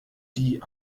die